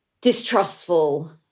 distrustful